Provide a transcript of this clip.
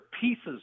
pieces